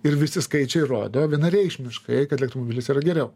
ir visi skaičiai rodo vienareikšmiškai kad elektromobilis yra geriau